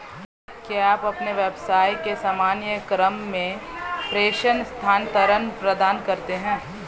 क्या आप अपने व्यवसाय के सामान्य क्रम में प्रेषण स्थानान्तरण प्रदान करते हैं?